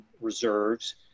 Reserves